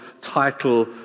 title